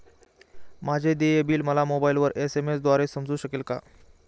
माझे देय बिल मला मोबाइलवर एस.एम.एस द्वारे समजू शकेल का?